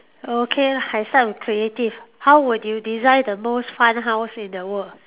okay lah I start with creative how would you design the most fun house in the world